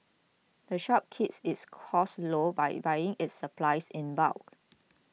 the shop keeps its costs low by buying its supplies in bulk